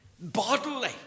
bodily